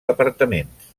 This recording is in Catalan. apartaments